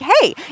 hey